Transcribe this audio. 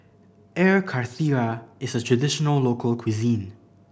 Air Karthira is a traditional local cuisine